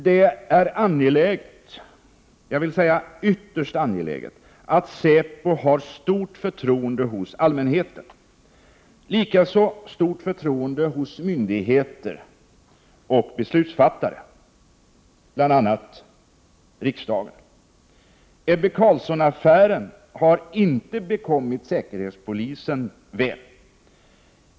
Det är angeläget — ytterst angeläget — att säpo har stort förtroende hos allmänheten, likaså stort förtroende hos myndigheter och bland beslutsfattare, bl.a. riksdagen. Ebbe Carlsson-affären har inte bekommit säkerhetspolisen väl.